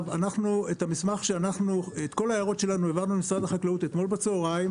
את כל ההערות שלנו העברנו למשרד החקלאות אתמול בצהריים,